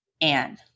Anne